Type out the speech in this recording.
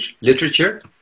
literature